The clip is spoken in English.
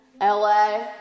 LA